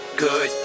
good